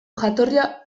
jatorria